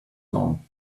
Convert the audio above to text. long